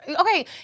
Okay